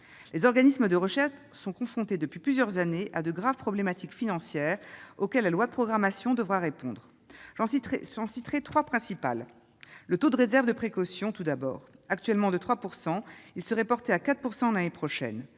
Les organismes de recherche sont confrontés depuis plusieurs années à de graves problématiques financières, auxquelles le projet de loi de programmation devra répondre. J'en citerai trois principales. J'évoquerai tout d'abord le taux de réserve de précaution. Actuellement de 3 %, il serait porté à 4 % l'année prochaine.